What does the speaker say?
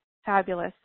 fabulous